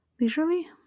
leisurely